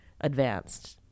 advanced